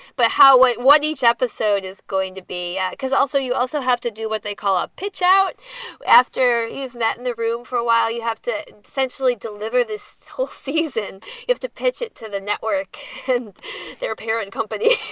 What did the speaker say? but how what what each episode is going to be. because also you also have to do what they call a pitch out after you've met in the room for a while. you have to essentially deliver this whole season if to pitch it to the network and their parent company.